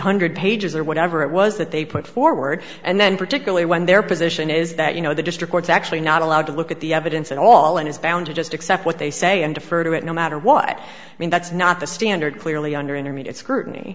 hundred pages or whatever it was that they put forward and then particularly when their position is that you know the district or it's actually not allowed to look at the evidence at all and is bound to just accept what they say and defer to it no matter what i mean that's not the standard clearly under intermediate scrutiny